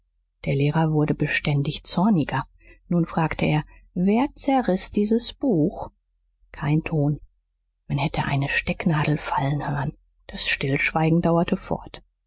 der lehrer wurde beständig zorniger nun fragte er wer zerriß dieses buch kein ton man hätte eine stecknadel fallen hören das stillschweigen dauerte fort